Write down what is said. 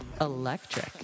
Electric